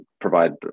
provide